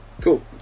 cool